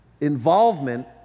involvement